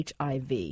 HIV